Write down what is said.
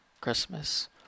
Christmas